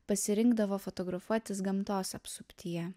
pasirinkdavo fotografuotis gamtos apsuptyje